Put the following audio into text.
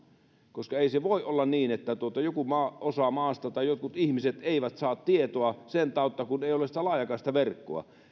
koska ei voi olla niin että joku osa maasta tai jotkut ihmiset eivät saa tietoa sen tautta kun ei ole sitä laajakaistaverkkoa